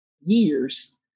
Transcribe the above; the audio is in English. years